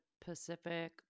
pacific